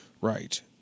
Right